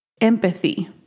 empathy